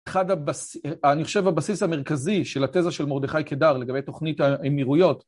אני חושב הבסיס המרכזי של התזה של מרדכי קידר לגבי תוכנית האמירויות